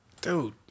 Dude